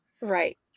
right